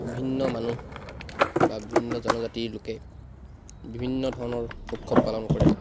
ভিন্ন মানুহ বা ভিন্ন জনজাতিৰ লোকে বিভিন্ন ধৰণৰ উৎসৱ পালন কৰে